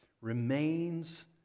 remains